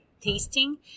tasting